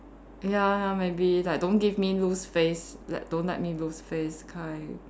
ya ya maybe like don't give me lose face like don't let me lose face kind